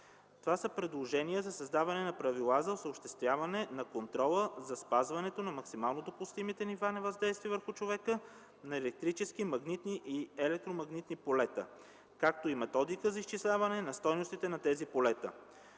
Това са предложенията за създаване на правила за осъществяване на контрола за спазването на максимално допустимите нива на въздействие върху човека на електрически, магнитни и електромагнитни полета, както и методиката за изчисляване на стойностите на тези полета.